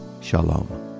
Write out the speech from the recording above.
Shalom